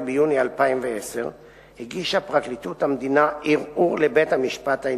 ב-6 במאי 2010 פורסמה ב"ידיעות אחרונות"